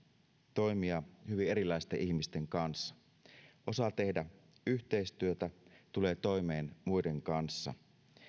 toimia hyvin erilaisten ihmisten kanssa osaa tehdä yhteistyötä tulee toimeen muiden kanssa